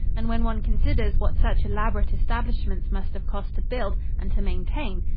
and when one considers what such elaborate establishments must have cost to build and to maintain,